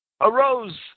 arose